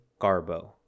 Garbo